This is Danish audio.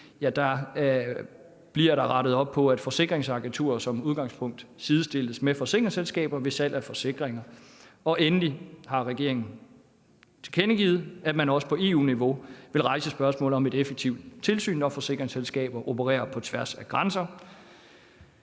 bliver der rettet op på, at forsikringsagenturer som udgangspunkt sidestilles med forsikringsselskaber ved salg af forsikringer. Endelig har regeringen tilkendegivet, at man også på EU-niveau vil rejse spørgsmålet om et effektivt tilsyn, når forsikringsselskaber opererer på tværs af grænser.